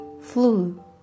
flu